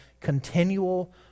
continual